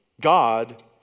God